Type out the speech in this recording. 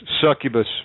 succubus